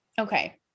okay